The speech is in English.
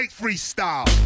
freestyle